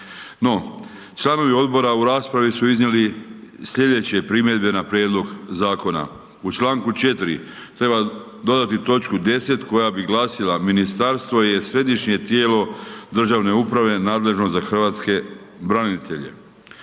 No, članovi odbora u raspravu su iznijeli sljedeće primjedbe na prijedlog zakona. U čl. 4 treba dodati točku 10. koja bi glasila, ministarstvo je središnje tijelo državne uprave nadležno za hrvatske branitelje.